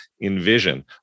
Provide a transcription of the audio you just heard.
Envision